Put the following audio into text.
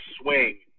swing